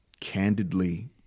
candidly